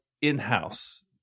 in-house